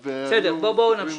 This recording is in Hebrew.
בסדר, בואו נמשיך.